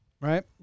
right